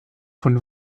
von